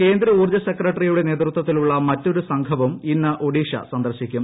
കേന്ദ്ര ഊർജ്ജ സെക്രട്ടറിയുടെ നേതൃത്വത്തിലുള്ള മറ്റൊരു സംഘവും ഇന്ന് ഒഡീഷ സന്ദർശിക്കും